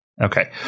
Okay